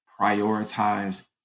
prioritize